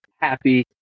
happy